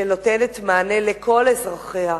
שנותנת מענה לכל אזרחיה,